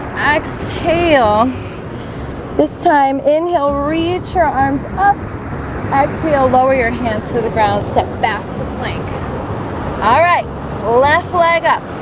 exhale this time inhale reach your arms up exhale lower your hands to the ground step back to the link all ah right left leg up